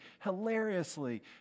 hilariously